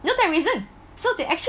no reason so they actually